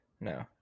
No